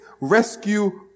rescue